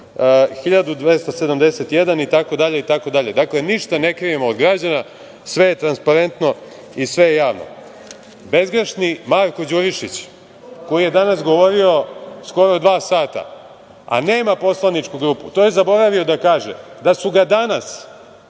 1.271, itd. Dakle, ništa ne krijemo od građana, sve je transparentno i sve je javno. Bezgrešni Marko Đurišić, koji je danas govorio skoro dva sata, a nema poslaničku grupu, to je zaboravio da kaže da su ga danas,